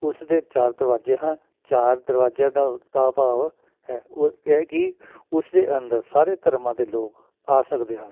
ਉਸਦੇ ਚਾਰ ਦਰਵਾਜ਼ੇ ਹਨ ਚਾਰ ਦਰਵਾਜ਼ਿਆਂ ਦਾ ਭਾਵ ਹੈ ਇਹ ਕਿ ਉਸਦੇ ਅੰਦਰ ਸਾਰੇ ਧਰਮਾਂ ਦੇ ਲੋਕ ਆ ਸਕਦੇ ਹਨ